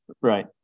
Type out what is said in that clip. right